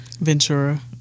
Ventura